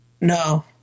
no